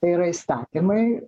tai yra įstatymai